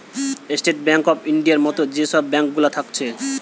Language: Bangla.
স্টেট বেঙ্ক অফ ইন্ডিয়ার মত যে সব ব্যাঙ্ক গুলা থাকছে